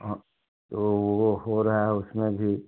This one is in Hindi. हाँ तो वह हो रहा है उसमें भी